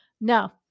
no